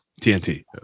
TNT